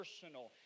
personal